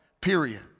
period